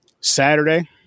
Saturday